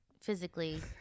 physically